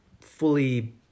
fully